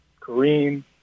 Kareem